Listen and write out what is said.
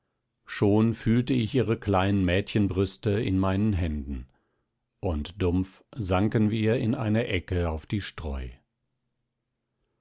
schon fühlte ich ihre kleinen mädchenbrüste in meinen händen und dumpf sanken wir in einer ecke auf die streu